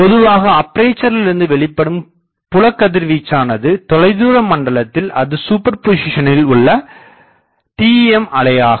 பொதுவாக அப்பேசரிலிருந்து வெளிப்படும் புலகதிர்வீச்சனது தொலைதூரமண்டலத்தில் அது சூப்பர்பொசிஷனில் உள்ள TEM அலையாகும்